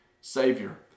Savior